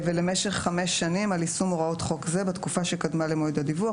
ולמשך חמש שנים על יישום הוראות חוק זה בתקופה שקדמה למועד הדיווח,